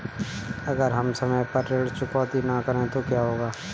अगर हम समय पर ऋण चुकौती न करें तो क्या होगा?